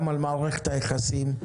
גם על מערכת היחסים,